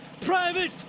Private